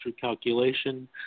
calculation